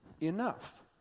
enough